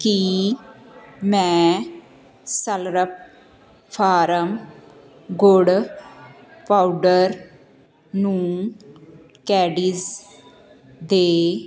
ਕੀ ਮੈਂ Slurrp Farm ਗੁੜ powder ਨੂੰ ਕੈਡੀਜ਼ ਦੇ